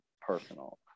personal